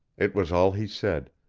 it was all he said,